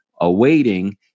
awaiting